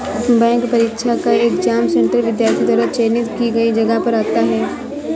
bank परीक्षा का exam centre विद्यार्थी द्वारा चयनित की गई जगह पर आता है